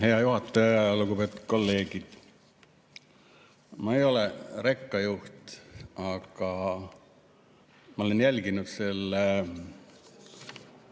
Hea juhataja! Lugupeetud kolleegid! Ma ei ole rekajuht, aga ma olen jälginud selle